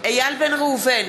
איל בן ראובן,